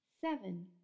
Seven